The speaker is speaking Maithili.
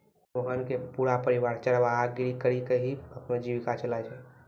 मोहन के पूरा परिवार चरवाहा गिरी करीकॅ ही अपनो जीविका चलाय छै